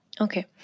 Okay